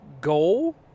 goal